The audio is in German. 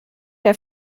der